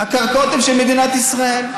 הקרקעות הן של מדינת ישראל.